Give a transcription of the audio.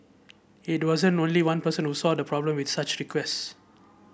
it wasn't only one person who saw a problem with such requests